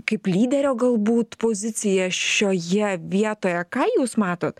kaip lyderio galbūt pozicija šioje vietoje ką jūs matot